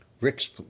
rick's